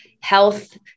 Health